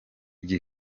iki